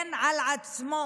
להגן על עצמו?